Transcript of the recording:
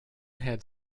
had